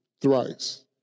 thrice